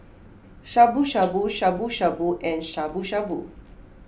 Shabu Shabu Shabu Shabu and Shabu Shabu